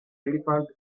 elephant